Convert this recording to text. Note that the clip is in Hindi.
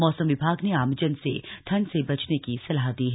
मौसम विभाग ने आमजन से ठंड से बचने की सलाह दी है